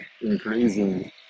increasing